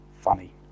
funny